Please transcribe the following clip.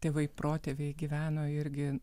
tėvai protėviai gyveno irgi